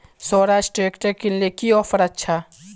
Swaraj tractor किनले की offer अच्छा?